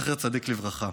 זכר צדיק לברכה.